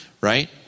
right